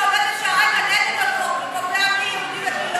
שעומד בשערי גן-עדן וקובע מי יהודי ומי לא?